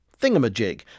thingamajig